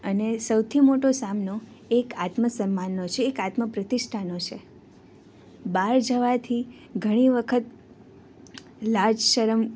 અને સૌથી મોટો સામનો એક આત્મ સન્માનનો છે આત્મ પ્રતિષ્ઠાનો છે બહાર જવાથી ઘણી વખત લાજ શરમ